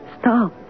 Stop